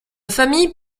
famille